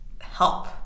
help